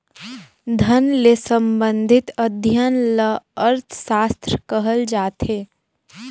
धन ले संबंधित अध्ययन ल अर्थसास्त्र कहल जाथे